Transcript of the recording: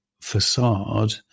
facade